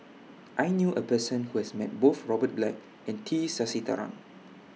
I knew A Person Who has Met Both Robert Black and T Sasitharan